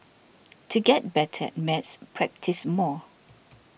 to get better maths practise more